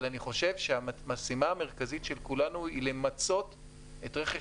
אבל המשימה המרכזית של כולנו היא למצות את רכש